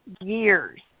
years